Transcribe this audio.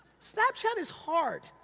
snapchat is hard.